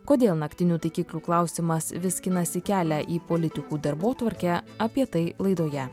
kodėl naktinių taikiklių klausimas vis skinasi kelią į politikų darbotvarkę apie tai laidoje